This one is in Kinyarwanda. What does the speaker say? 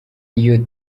iyo